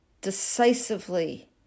decisively